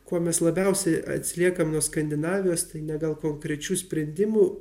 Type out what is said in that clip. kuo mes labiausiai atsiliekam nuo skandinavijos tai ne gal konkrečių sprendimų